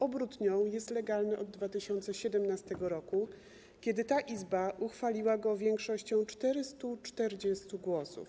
Obrót nią jest legalny od 2017 r., kiedy ta Izba uchwaliła go większością 440 głosów.